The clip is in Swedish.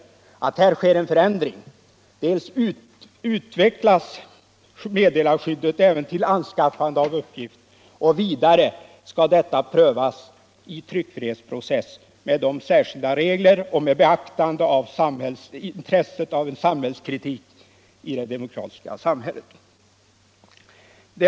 Här kommer alltså förändringar att ske. Dels utvidgas meddelarskyddet även till anskaffande av uppgift, dels skall detta prövas i tryckfrihetsprocess med dess särskilda regler och med beaktande av intresset av samhällskritik i det demokratiska samhället.